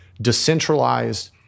decentralized